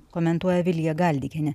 komentuoja vilija galdikienė